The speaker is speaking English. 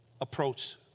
approach